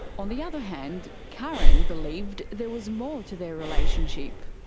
on the other hand, karen believed there was more to their relationship.